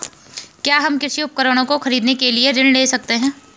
क्या हम कृषि उपकरणों को खरीदने के लिए ऋण ले सकते हैं?